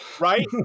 right